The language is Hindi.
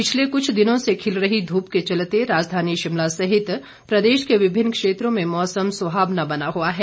पिछले कुछ दिनों से खिल रही धूप के चलते राजधानी शिमला सहित प्रदेश के विभिन्न क्षेत्रों में मौसम सुहावना बना हुआ है